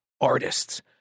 artists